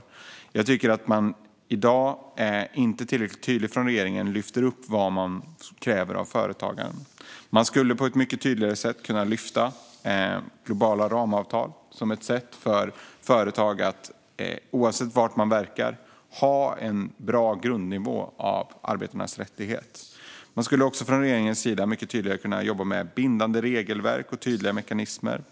I dag tycker jag inte att regeringen tillräckligt tydligt lyfter fram vad man kräver av företagen. Man skulle på ett mycket tydligare sätt kunna lyfta fram globala ramavtal som ett sätt för företag att oavsett var de verkar ha en bra grundnivå i fråga om arbetarnas rättigheter. Man skulle också från regeringens sida mycket tydligare kunna jobba med bindande regelverk och tydliga mekanismer.